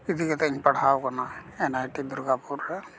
ᱤᱫᱤ ᱠᱟᱛᱮ ᱤᱧ ᱯᱟᱲᱦᱟᱣ ᱠᱟᱱᱟ ᱮᱱ ᱟᱭ ᱴᱤ ᱫᱩᱨᱜᱟᱯᱩᱨ ᱨᱮ